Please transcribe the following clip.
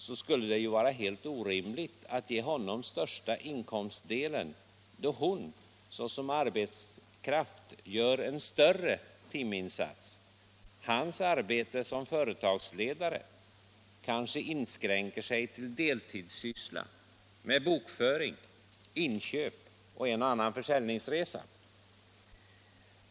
Här skulle det vara helt orimligt att ge honom den största inkomstdelen, då hon som arbetskraft gör en större timinsats. Hans arbete som företagsledare inskränker sig kanske till deltidssyssla med bokföring, inköp och en och annan försäljningsresa.